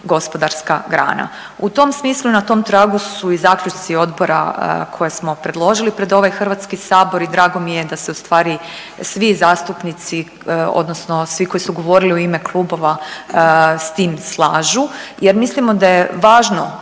gospodarska grana. U tom smislu i na tom tragu su i zaključci Odbora koje smo predložili pred ovaj Hrvatski sabor i drago mi je da se u stvari svi zastupnici, odnosno svi koji su govorili u ime klubova s tim slažu. Jer mislimo da je važno